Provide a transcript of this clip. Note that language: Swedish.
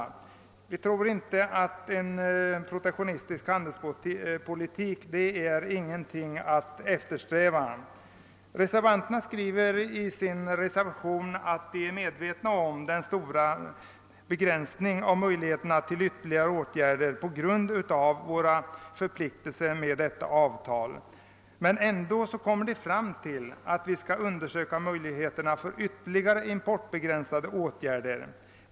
Utskottsmajoriteten tror inte att en protektionistisk handelspolitik är något att eftersträva. Reservanterna skriver att de är medvetna om att utrymmet för handelspolitiska ingripanden på grund av våra internationella åtaganden är begränsat, men ändå kommer de fram till att vi bör undersöka möjligheterna för ytterligare importbegränsande åtgärder.